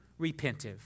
repentive